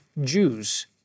Jews